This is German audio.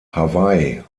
hawaii